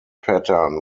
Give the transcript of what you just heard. pattern